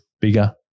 bigger